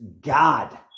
God